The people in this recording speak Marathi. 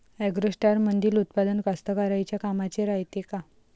ॲग्रोस्टारमंदील उत्पादन कास्तकाराइच्या कामाचे रायते का?